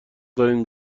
دارین